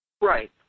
Right